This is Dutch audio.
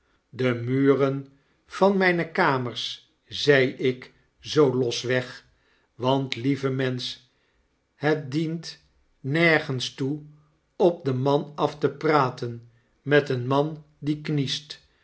de muren van myne kamers zei ik zoo losweg want lieve mensch het dient nergens toe op den man af te praten met een man die